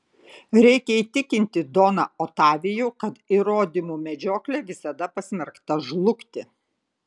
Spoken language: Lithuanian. reikia įtikinti doną otavijų kad įrodymų medžioklė visada pasmerkta žlugti